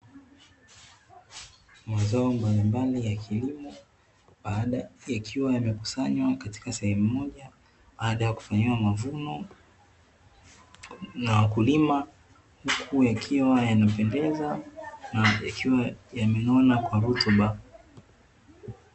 Mazao mbalimbali ya kilimo, yakiwa yamekusanywa katika sehemu moja baada ya kufanyiwa mavuno na wakulima, huku yakiwa yanapendeza na yakiwa yamenona kwa rutuba.